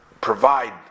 provide